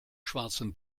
schwarzen